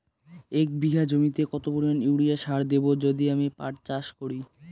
এক বিঘা জমিতে কত পরিমান ইউরিয়া সার দেব যদি আমি পাট চাষ করি?